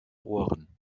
ohren